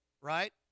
right